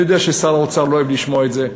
אני יודע ששר האוצר לא אוהב לשמוע את זה,